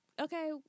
Okay